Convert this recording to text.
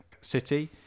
city